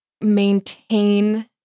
maintain